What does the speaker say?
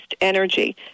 energy